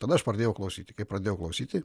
tada aš pradėjau klausyti kai pradėjau klausyti